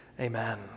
Amen